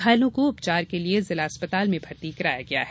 घायलों को उपचार के लिये जिला अस्पताल में भर्ती कराया गया है